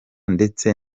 ndetse